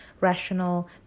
rational